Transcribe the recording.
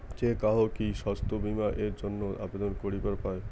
যে কাহো কি স্বাস্থ্য বীমা এর জইন্যে আবেদন করিবার পায়?